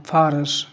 فارس